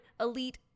elite